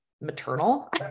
maternal